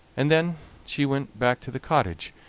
and then she went back to the cottage,